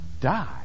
die